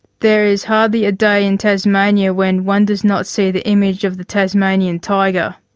there is hardly a day in tasmania when one does not see the image of the tasmanian tiger.